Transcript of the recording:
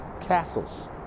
Castles